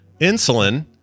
Insulin